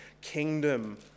kingdom